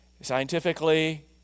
scientifically